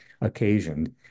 occasioned